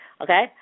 okay